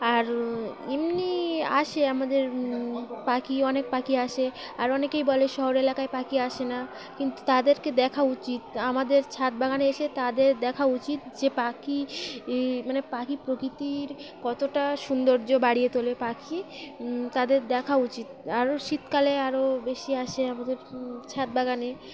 আর এমনি আসে আমাদের পাখি অনেক পাখি আসে আর অনেকেই বলে শহর এলাকায় পাখি আসে না কিন্তু তাদেরকে দেখা উচিত আমাদের ছাদ বাগানে এসে তাদের দেখা উচিত যে পাখি মানে পাখি প্রকৃতির কতটা সৌন্দর্য বাড়িয়ে তোলে পাখি তাদের দেখা উচিত আরও শীতকালে আরও বেশি আসে আমাদের ছাদ বাগানে